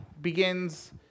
begins